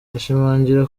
ashimangira